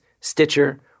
Stitcher